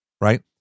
right